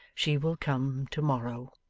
she will come to-morrow